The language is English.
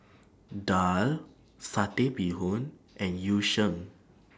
Daal Satay Bee Hoon and Yu Sheng